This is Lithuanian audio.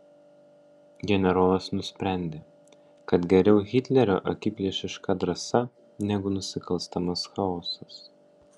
generolas nusprendė kad geriau hitlerio akiplėšiška drąsa negu nusikalstamas chaosas